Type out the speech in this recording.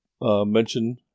mention